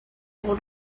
pour